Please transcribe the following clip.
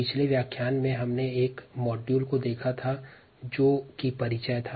पिछले व्याख्यान में हमने पहले मॉड्यूल या उपागम को देखा जो बायोरिएक्टर्स का परिचय था